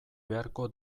beharko